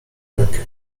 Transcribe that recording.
rękę